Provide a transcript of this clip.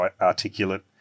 articulate